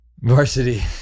Varsity